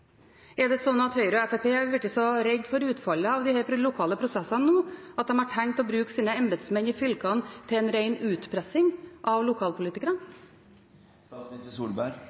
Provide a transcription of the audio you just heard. Er det slik at Høyre og Fremskrittspartiet nå har blitt så redde for utfallet av de lokale prosessene at de har tenkt å bruke sine embetsmenn i fylkene til en ren utpressing av